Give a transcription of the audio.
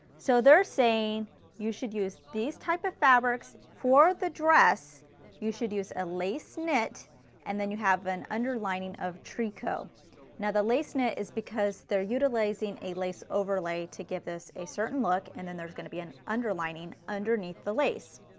so they are saying you should use these types of fabrics, for the dress you should use a lace knit and then you have an underlining of tricot. now the lace knit is because they're utilizing a lace overlay to give this a certain look and then there's going to be an underlining underneath the lace.